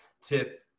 tip –